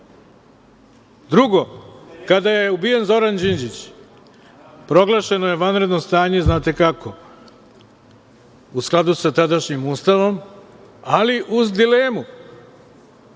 sud? Drugo, kada je ubijen Zoran Đinđić, proglašeno je vanredno stanje, znate kako? U skladu sa tadašnjim Ustavom, ali uz dilemu